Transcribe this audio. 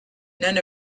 none